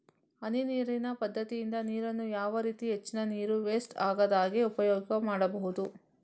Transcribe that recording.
ಹನಿ ನೀರಿನ ಪದ್ಧತಿಯಿಂದ ನೀರಿನ್ನು ಯಾವ ರೀತಿ ಹೆಚ್ಚಿನ ನೀರು ವೆಸ್ಟ್ ಆಗದಾಗೆ ಉಪಯೋಗ ಮಾಡ್ಬಹುದು?